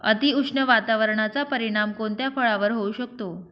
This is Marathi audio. अतिउष्ण वातावरणाचा परिणाम कोणत्या फळावर होऊ शकतो?